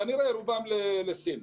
וכנראה רובם לסין.